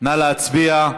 נא להצביע.